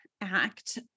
act